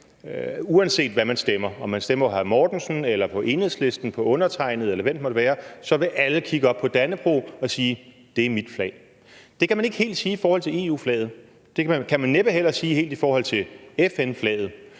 Uanset hvad man stemmer – uanset om man stemmer på hr. Mortensen, på Enhedslisten, på undertegnede, eller på hvem, det måtte være – så vil alle kigge op på Dannebrog og sige: Det er mit flag. Det kan man ikke helt sige i forhold til EU-flaget. Det kan man næppe heller sige i forhold til FN-flaget.